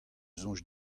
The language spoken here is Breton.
soñj